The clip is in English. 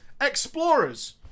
explorers